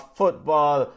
football